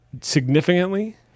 significantly